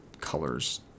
colors